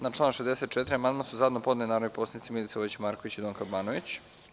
Na član 64. amandman su zajedno podneli narodni poslanici Milica Vojić Marković i Donka Banović.